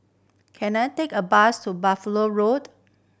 can I take a bus to Buffalo Road